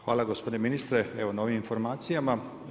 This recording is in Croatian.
Hvala gospodine ministre na ovim informacijama.